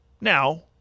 Now